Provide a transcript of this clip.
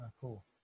Cool